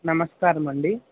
నమస్కారమండీ